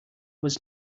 was